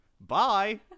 Bye